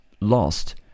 lost